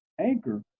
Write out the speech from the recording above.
anchor